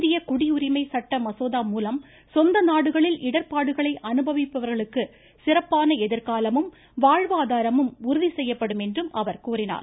இந்திய குடியரிமை சட்ட மசோதாமூலம் சொந்த நாடுகளில் இடர்பாடுகளை அனுபவிப்பவர்களுக்கு சிறப்பான எதிர்காலமும் வாழ்வாதாரமும் உறுதி செய்யப்படும் என்றும் அவர் கூறினார்